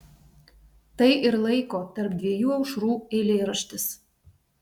tai ir laiko tarp dviejų aušrų eilėraštis